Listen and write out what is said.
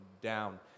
down